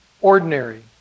ordinary